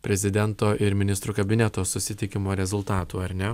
prezidento ir ministrų kabineto susitikimo rezultatų ar ne